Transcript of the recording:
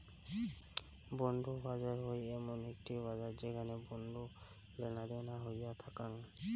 bond বাজার হই এমন একটি বাজার যেখানে বন্ড লেনাদেনা হইয়া থাকাং